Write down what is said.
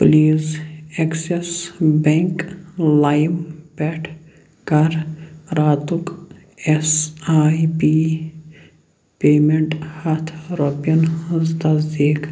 please Axis bank لایِم پٮ۪ٹھ کَر راتُک ایس آئۍ پی پیمٮ۪نٛٹ ہتھ رۄپیَن ہٕنٛز تصدیٖق